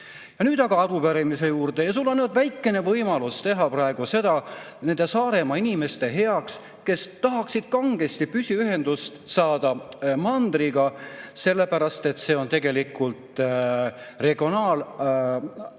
Nüüd aga arupärimise juurde. Sul on väikene võimalus teha praegu seda nende Saaremaa inimeste heaks, kes tahaksid kangesti saada püsiühendust mandriga, sellepärast et see on tegelikult regionaalsest